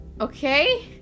okay